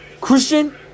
Christian